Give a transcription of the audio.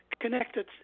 Connected